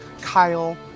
Kyle